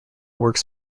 works